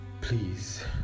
Please